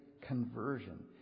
conversion